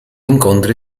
incontri